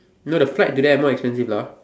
you know the flight to there more expensive lah